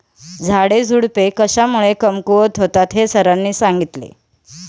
झाडेझुडपे कशामुळे कमकुवत होतात हे सरांनी सांगितले